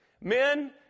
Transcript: Men